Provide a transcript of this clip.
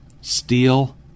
steel